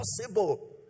possible